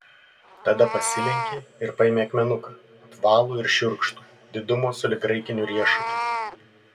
tada pasilenkė ir paėmė akmenuką apvalų ir šiurkštų didumo sulig graikiniu riešutu